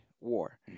War